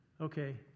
okay